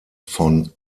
von